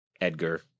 Edgar